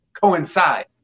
coincide